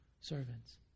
servants